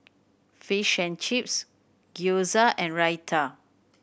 Fish and Chips Gyoza and Raita